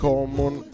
Common